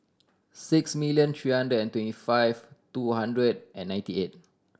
six million three hundred and twenty five two hundred and ninety eight